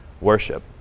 worship